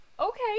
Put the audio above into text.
Okay